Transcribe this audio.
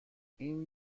این